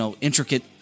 intricate